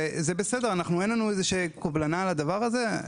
זה בסדר; אין לנו קובלנה על הדבר הזה.